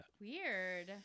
Weird